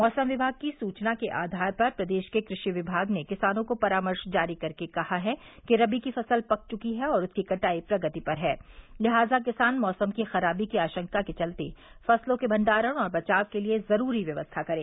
मौसम विभाग की सूचना के आधार पर प्रदेश के कृषि विभाग ने किसानों को परामर्श जारी कर के कहा है कि रबी की फसल पक चुकी है और उसकी कटाई प्रगति पर है लिहाजा किसान मौसम की खराबी की आशंका के चलते फसलों के भंडारण और बचाव के लिये जरूरी व्यवस्था करें